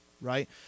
right